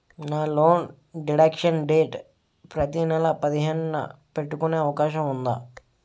నా loan deduction date ప్రతి నెల పదిహేను న పెట్టుకునే అవకాశం ఉందా?